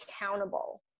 accountable